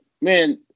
man